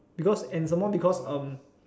because and somemore because